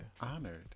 honored